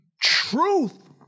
truth